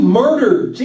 murdered